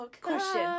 question